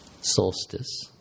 solstice